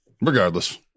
Regardless